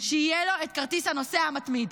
שיהיה לו את כרטיס הנוסע המתמיד.